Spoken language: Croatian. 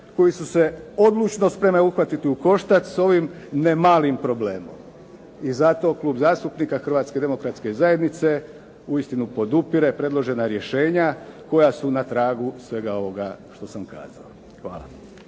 koji su se odlučno spremne uhvatiti u koštac s ovim nemalim problemom. I zato Klub zastupnika Hrvatske demokratske zajednice uistinu podupire predložena rješenja koja su na tragu svega ovoga što sam kazao. Hvala.